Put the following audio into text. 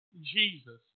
Jesus